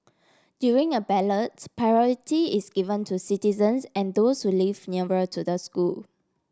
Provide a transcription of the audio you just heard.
during a ballots priority is given to citizens and those who live nearer to the school